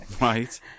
Right